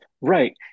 Right